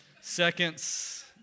seconds